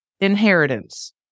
inheritance